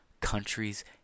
Countries